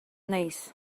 neis